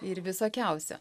ir visokiausio